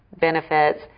benefits